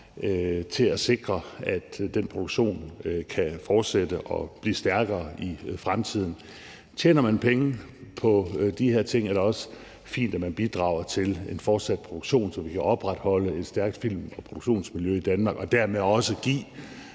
til at sikre, at den produktion kan fortsætte og blive stærkere i fremtiden. Tjener man penge på de her ting, er det også fint, at man bidrager til en fortsat produktion, så vi kan opretholde et stærkt film- og produktionsmiljø i Danmark og dermed også give